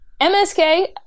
MSK